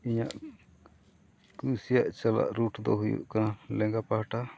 ᱤᱧᱟᱹᱜ ᱠᱩᱥᱤᱭᱟᱜ ᱪᱟᱞᱟᱜ ᱨᱩᱴ ᱫᱚ ᱦᱩᱭᱩᱜ ᱠᱟᱱᱟ ᱞᱮᱸᱜᱟ ᱯᱟᱦᱴᱟ